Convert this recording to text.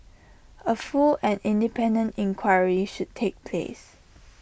A full and independent inquiry should take place